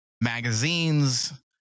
magazines